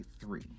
three